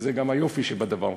וזה גם היופי שבדבר.